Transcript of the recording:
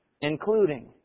including